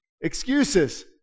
Excuses